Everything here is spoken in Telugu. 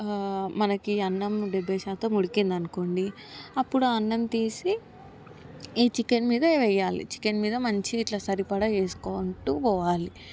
మనకు అన్నం డెబ్భై శాతం ఉడికింది అనుకోండి అప్పుడు ఆ అన్నం తీసి ఈ చికెన్ మీద వెయ్యాలి చికెన్ మీద మంచిగిట్ల సరిపడా వేసుకుంటూ పోవాలి